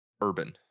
Urban